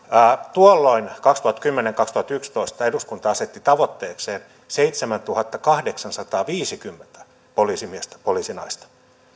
tuolloin kaksituhattakymmenen viiva kaksituhattayksitoista eduskunta asetti tavoitteekseen seitsemäntuhattakahdeksansataaviisikymmentä poliisimiestä ja poliisinaista